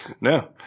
No